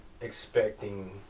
expecting